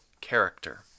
character